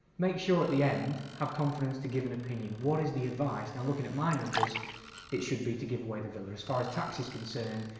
make sure at the end, have confidence to give an opinion, what is the advice? now looking at my numbers it should be to give way the villa. as far as tax is concerned,